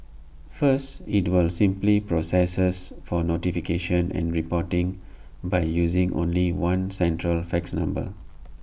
first IT will simplify processes for notification and reporting by using only one central fax number